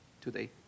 today